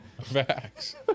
Facts